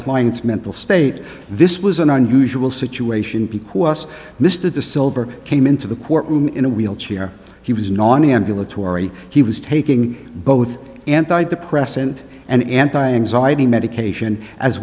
client's mental state this was an unusual situation because mr de silver came into the courtroom in a wheelchair he was non ambulatory he was taking both anti depressant and anti anxiety medication as